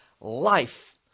life